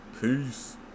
Peace